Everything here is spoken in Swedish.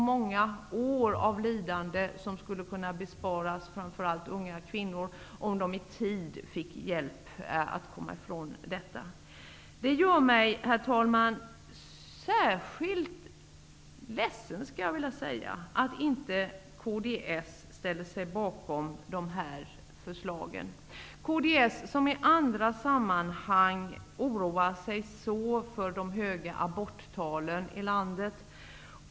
Många år av lidande skulle kunna besparas framför allt unga kvinnor, om de i tid fick hjälp. Det gör mig, herr talman, särskilt ledsen att kds inte ställer sig bakom dessa förslag, kds som i andra sammanhang oroar sig så för de höga aborttalen i landet.